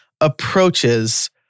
approaches